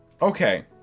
Okay